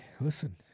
listen